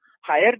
higher